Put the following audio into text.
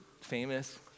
famous